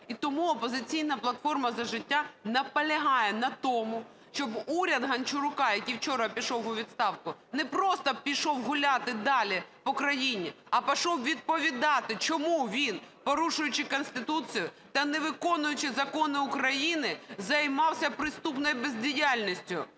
І тому "Опозиційна платформа – За життя" наполягає на тому, щоб уряд Гончарука, який вчора пішов у відставку, не просто пішов гуляти далі по країні, а пішов відповідати, чому він, порушуючи Конституцію та не виконуючи закони України, займався преступною бездіяльністю.